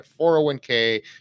401k